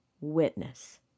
witness